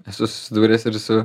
esu susidūręs ir su